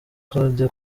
claude